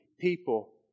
people